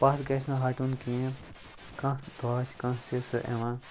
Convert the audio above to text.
پَتھ گَژھِ نہٕ ہَٹُن کِہیٖنۍ کانٛہہ دۄہ آسہِ کانٛہہ سہِ سُہ یِوان